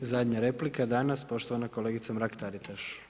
I zadnja replika danas poštovana kolegica Mrak-Taritaš.